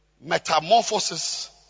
Metamorphosis